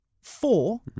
four